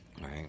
Right